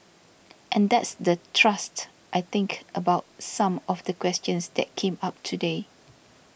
and that's the thrust I think about some of the questions that came up today